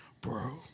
bro